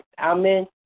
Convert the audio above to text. Amen